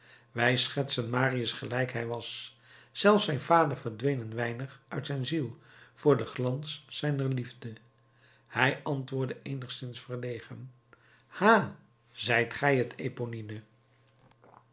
wij schetsen marius gelijk hij was zelfs zijn vader verdween een weinig uit zijn ziel voor den glans zijner liefde hij antwoordde eenigszins verlegen ha zijt gij t